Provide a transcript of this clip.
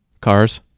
cars